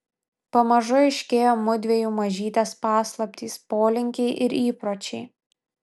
pamažu aiškėjo mudviejų mažytės paslaptys polinkiai ir įpročiai